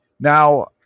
Now